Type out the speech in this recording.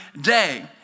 day